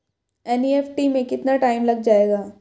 NEFT में कितना time लग जाएगा?